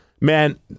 man